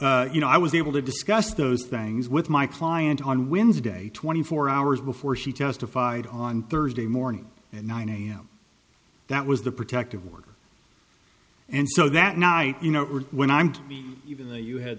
so you know i was able to discuss those things with my client on wednesday twenty four hours before she testified on thursday morning at nine am that was the protective order and so that night you know when i'm even though you had